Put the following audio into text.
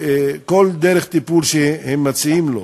כל דרך טיפול שמציעים לו.